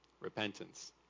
repentance